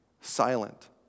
silent